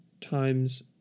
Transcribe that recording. times